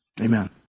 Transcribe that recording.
Amen